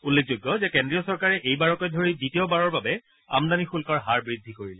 উল্লেখযোগ্য যে কেন্দ্ৰীয় চৰকাৰে এইবাৰকে ধৰি দ্বিতীয়বাৰৰ বাবে আমদানি শুল্কৰ হাৰ বদ্ধি কৰিলে